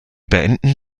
beenden